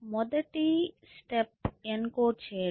మొదటి step encode చెయ్యడం